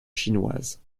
chinoises